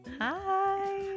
Hi